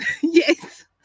yes